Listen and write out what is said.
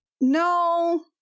No